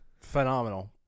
phenomenal